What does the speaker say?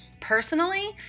personally